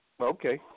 Okay